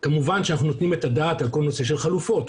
כמובן שאנחנו נותנים את הדעת על כל הנושא של חלופות.